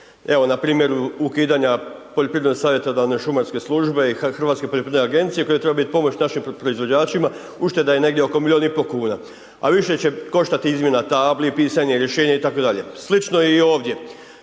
Evo na primjeru ukidanja Poljoprivredno savjetodavne šumarske službe i Hrvatske poljoprivredne agencije koja je trebao biti pomoć naših proizvođačima ušteda je negdje oko milion i po kuna, a više koštat izmjena tabli, pisanje rješenja itd. Slično je i ovdje,